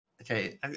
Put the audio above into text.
Okay